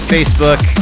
Facebook